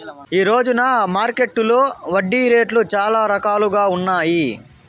ఈ రోజున మార్కెట్టులో వడ్డీ రేట్లు చాలా రకాలుగా ఉన్నాయి